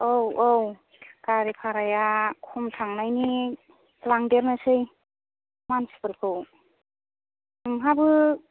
औ औ गारि भाराया खम थांनायनि लांदेरनोसै मानसिफोरखौ नोंहाबो